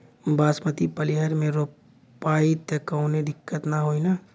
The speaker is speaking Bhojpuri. बासमती पलिहर में रोपाई त कवनो दिक्कत ना होई न?